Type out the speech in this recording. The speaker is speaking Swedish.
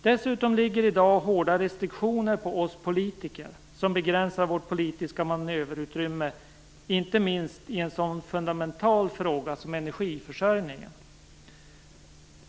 Dessutom ligger i dag hårda restriktioner på oss politiker som begränsar vårt politiska manöverutrymme inte minst i en så fundamental fråga som energiförsörjningen.